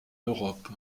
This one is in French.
europe